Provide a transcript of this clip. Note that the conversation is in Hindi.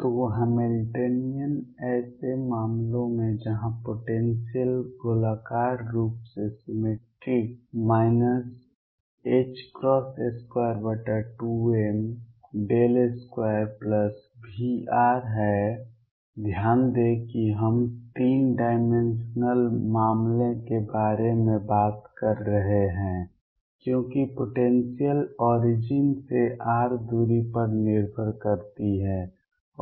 तो हैमिल्टनियन ऐसे मामलों में जहां पोटेंसियल गोलाकार रूप से सिमेट्रिक 22m 2Vr है ध्यान दें कि हम 3 डाइमेंशनल मामले के बारे में बात कर रहे हैं क्योंकि पोटेंसियल ओरिजिन से r दूरी पर निर्भर करती है